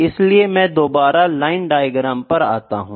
इसलिए मैं दोबारा लाइन डायग्राम पर आता हूँ